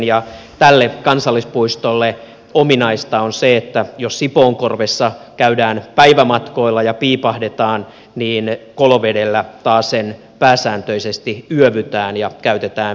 tälle kansallispuistolle ominaista on se että jos sipoonkorvessa käydään päivämatkoilla ja piipahdetaan niin kolovedellä taasen pääsääntöisesti yövytään ja käytetään venettä